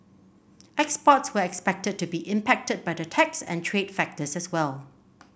exports were expected to be impacted by the tax and trade factors as well